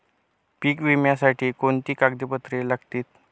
पीक विम्यासाठी कोणती कागदपत्रे लागतील?